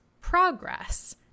progress